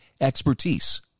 expertise